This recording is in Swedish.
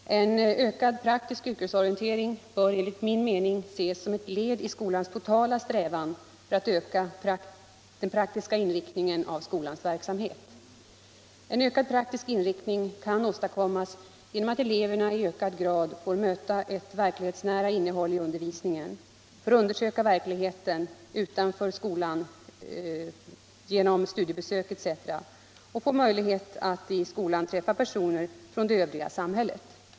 En vidgad praktisk yrkesorientering bör enligt min mening ses som ett led i skolans totala strävan att öka den praktiska inriktningen av skolans verksamhet. En ökad praktisk inriktning kan åstadkommas genom att eleverna i högre grad får möta ett verklighetsnära innehåll i undervisningen, får lära känna verkligheten utanför skolan genom studiebesök etc. och får möjlighet att i skolan träffa personer från det övriga samhället.